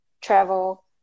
travel